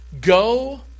go